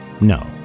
No